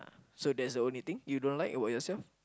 so that's the only thing you don't like about yourself